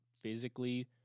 physically